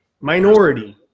Minority